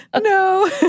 No